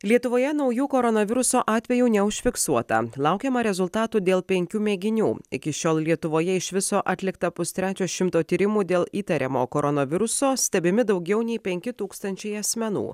lietuvoje naujų koronaviruso atvejų neužfiksuota laukiama rezultatų dėl penkių mėginių iki šiol lietuvoje iš viso atlikta pustrečio šimto tyrimų dėl įtariamo koronaviruso stebimi daugiau nei penki tūkstančiai asmenų